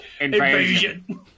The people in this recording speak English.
invasion